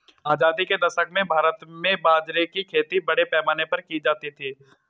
आजादी के दशक में भारत में बाजरे की खेती बड़े पैमाने पर की जाती थी